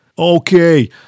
Okay